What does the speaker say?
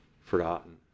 forgotten